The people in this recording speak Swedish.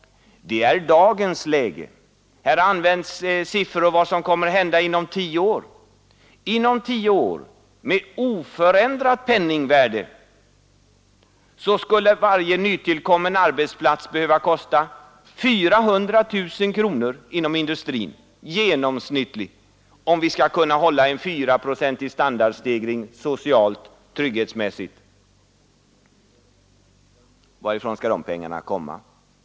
Det är dagens läge. Med oförändrat penningvärde skulle inom tio år varje nytillkommen arbetsplats behöva kosta 400 000 kronor genomsnittligt inom industrin, om vi skall kunna hålla en 4-procentig standardstegring, socialt och ekonomiskt. Varifrån skall dessa pengar komma?